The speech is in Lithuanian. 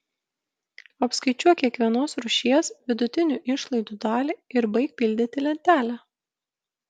apskaičiuok kiekvienos rūšies vidutinių išlaidų dalį ir baik pildyti lentelę